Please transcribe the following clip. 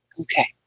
okay